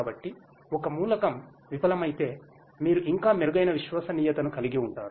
కాబట్టి ఒక మూలకం విఫలమైతే మీరు ఇంకా మెరుగైన విశ్వసనీయతను కలిగి ఉంటారు